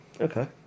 Okay